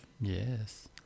Yes